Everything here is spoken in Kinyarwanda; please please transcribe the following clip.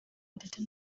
ndetse